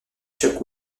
chuck